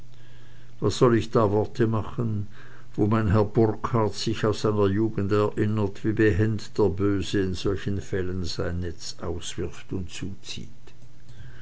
was soll ich da worte machen wo mein herr burkhard sich aus seiner jugend erinnert wie behend der böse in solchen fällen sein netz auswirft und zuzieht